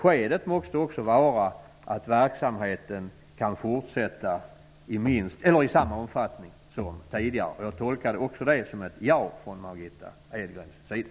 På den punkten tycker jag man svävar på målet i kompletteringspropositionen, men jag tolkade Margitta Edgrens besked som ett ja.